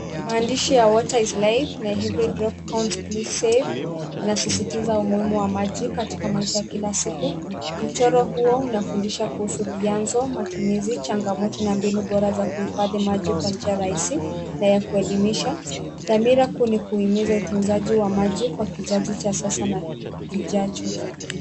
Maandishi ya water is life na every drop counts please save yanasisitiza umuhimu wa maji katika maisha ya kila siku. Mchoro huo unafundisha kuhusu vianzo, matumizi, changamoto na mbinu bora za kuhifadhi maji kwa njia rahisi na ya kuelemisha. Dhamira kuu ni kuhimiza utunzaji wa maji kwa kizazi cha sasa na kijacho.